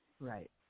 Right